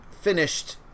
finished